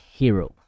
hero